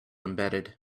embedded